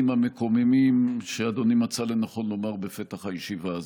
המקוממים שאדוני מצא לנכון לומר בפתח הישיבה הזו.